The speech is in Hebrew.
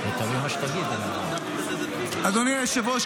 אדוני היושב-ראש,